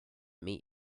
meet